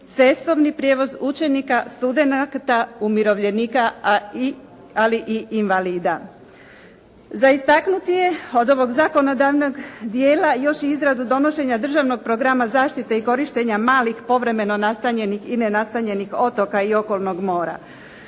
cestovni prijevoz učenika, studenata, umirovljenika ali i invalida. Za istaknuti je od ovog zakonodavnog dijela još i izradu donošenja državnog programa zaštite i korištenja malih povremeno nastanjenih i nenastanjenih otoka i okolnog mora.